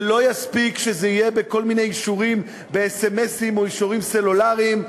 זה לא יספיק שזה יהיה בכל מיני אישורים בסמ"סים או אישורים סלולריים.